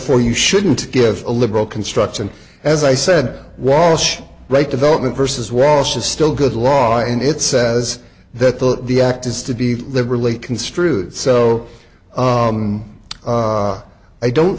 fore you shouldn't give a liberal construction as i said walsh right development versus walsh is still good law and it says that that the act is to be liberal a construed so i don't